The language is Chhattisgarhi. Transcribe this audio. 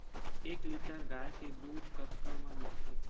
एक लीटर गाय के दुध कतका म मिलथे?